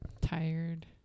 tired